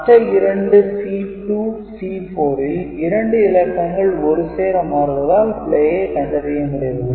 மற்ற இரண்டு C2 C4 ல் இரண்டு இலக்கங்கள் ஒரு சேர மாறுவதால் பிழையை கண்டறிய முடியவில்லை